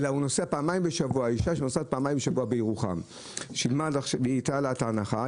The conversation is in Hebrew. אישה מירוחם שנוסעת פעמיים בשבוע שילמה עד הרפורמה עם ההנחה,